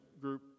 group